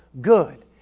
good